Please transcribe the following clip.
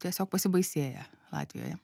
tiesiog pasibaisėję latvijoje